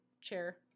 Chair